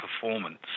performance